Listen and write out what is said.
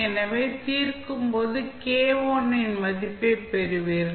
எனவே தீர்க்கும்போது இன் மதிப்பைப் பெறுவீர்கள்